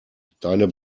deine